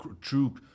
true